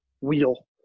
wheel